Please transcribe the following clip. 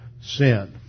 sin